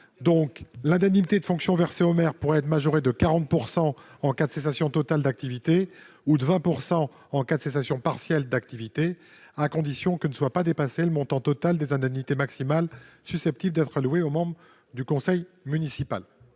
L'indemnité de fonction versée aux maires pourrait être majorée de 40 % en cas de cessation totale d'activité et de 20 % en cas de cessation partielle, à condition que ne soit pas dépassé le montant total des indemnités maximales susceptibles d'être allouées aux membres du conseil municipal.